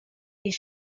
est